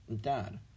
dad